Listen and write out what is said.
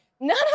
None